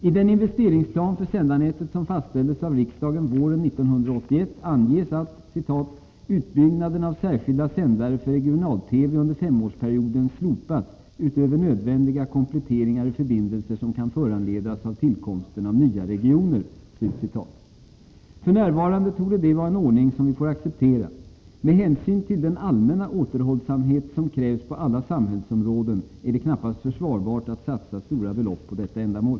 I den investeringsplan för sändarnätet som fastställdes av riksdagen våren 1981 anges att ”utbyggnaden av särskilda sändare för regional-TV under femårsperioden slopas utöver nödvändiga kompletteringar i förbindelser som kan föranledas av tillkomsten av nya regioner”. F. n. torde detta vara en ordning som vi får acceptera. Med hänsyn till den allmänna återhållsamhet som krävs på alla samhällsområden är det knappast försvarbart att satsa stora belopp på detta ändamål.